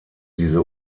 diese